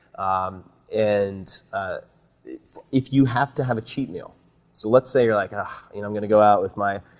um and ah if if you have to have a cheat meal so let's say like ah you know i'm gonna go out with my